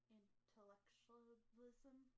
intellectualism